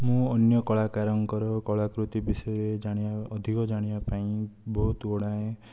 ମୁଁ ଅନ୍ୟ କଳାକାରଙ୍କର କଳାକୃତି ବିଷୟରେ ଜାଣିବା ଅଧିକ ଜାଣିବା ପାଇଁ ବହୁତ ଗୁଡ଼ାଏ